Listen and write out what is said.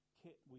kit